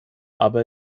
aber